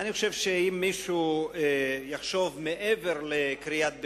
אני חושב שאם מישהו יחשוב מעבר לקריאת ביניים,